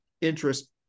interest